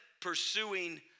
pursuing